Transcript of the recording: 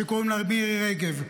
שקוראים לה מירי רגב.